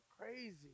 crazy